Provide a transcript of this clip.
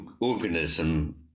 organism